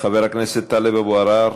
חבר הכנסת טלב אבו עראר.